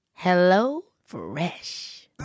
HelloFresh